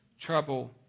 trouble